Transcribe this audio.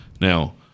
Now